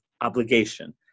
obligation